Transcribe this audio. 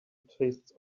tastes